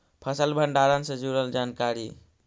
फसल भंडारन से जुड़ल जानकारी?